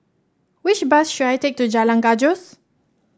which bus should I take to Jalan Gajus